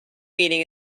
meeting